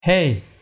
Hey